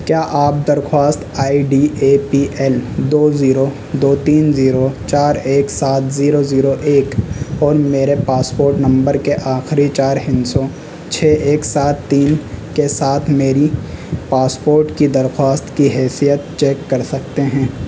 کیا آپ درخواست I D A P L دو زیرو دو تین زیرو چار ایک سات زیرو زیرو ایک اور میرے پاسپورٹ نمبر کے آخری چار ہندسوں چھ ایک سات تین کے ساتھ میری پاسپورٹ کی درخواست کی حیثیت چیک کر سکتے ہیں